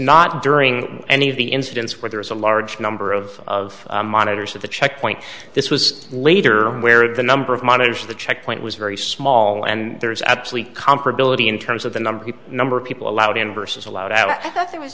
not during any of the incidents where there was a large number of of monitors at the checkpoint this was later where the number of monitors the checkpoint was very small and there is actually comparability in terms of the number number of people allowed in versus allowed out